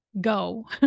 go